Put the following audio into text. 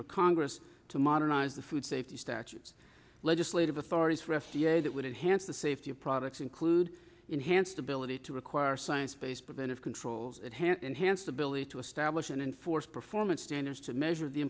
for congress to modernize the food safety statutes legislative authorities rest that would hands the safety of products include enhanced ability to require science based preventive controls at hand enhanced ability to establish an enforced performance standards to measure the